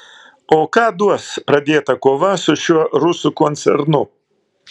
o ką duos pradėta kova su šiuo rusų koncernu